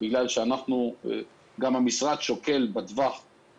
גם המשרד שוקל בטווח